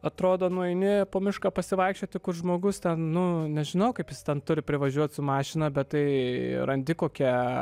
atrodo nueini po mišką pasivaikščioti kur žmogus ten nu nežinau kaip jis ten turi privažiuot su mašina bet tai randi kokią